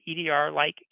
EDR-like